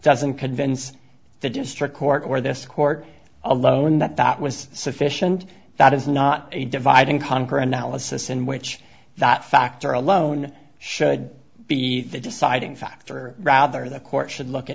doesn't convince the district court or this court alone that that was sufficient that is not a divide and conquer analysis in which that factor alone should be the deciding factor rather the court should look at